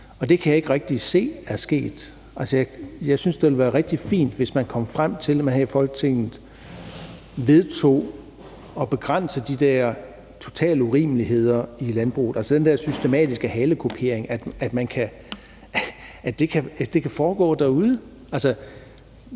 og det kan jeg ikke rigtig se er sket. Jeg syntes, det ville være rigtig fint, hvis man kom frem til, at man her i Folketinget vedtog at begrænse de der totale urimeligheder i landbruget. Altså, den der systematiske halekupering, at det kan foregå derude. Nu skal